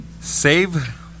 Save